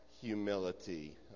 humility